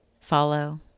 follow